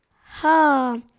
Ha